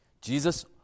Jesus